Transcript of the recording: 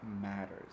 matters